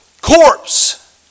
corpse